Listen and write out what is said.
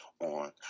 on